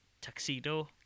tuxedo